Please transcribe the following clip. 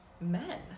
men